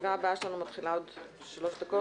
הישיבה ננעלה בשעה 09:58.